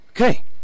Okay